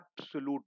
absolute